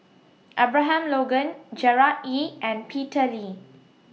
Abraham Logan Gerard Ee and Peter Lee